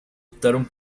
optaron